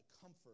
Comfort